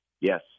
Yes